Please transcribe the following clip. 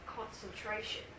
concentration